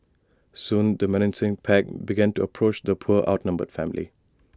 soon the menacing pack began to approach the poor outnumbered family